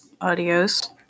Adios